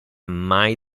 mai